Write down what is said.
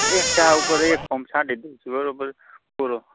એક ઝાડ ઉપર એક પમ્પ છાંટી દઇશું બરાબર બોલો